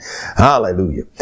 Hallelujah